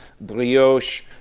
brioche